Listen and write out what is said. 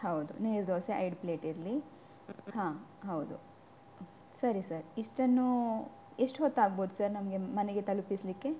ಹೌದು ನೀರು ದೋಸೆ ಐದು ಪ್ಲೇಟ್ ಇರಲಿ ಹಾಂ ಹೌದು ಸರಿ ಸರ್ ಇಷ್ಟನ್ನೂ ಎಷ್ಟು ಹೊತ್ತಾಗ್ಬೋದು ಸರ್ ನಮಗೆ ಮನೆಗೆ ತಲುಪಿಸಲಿಕ್ಕೆ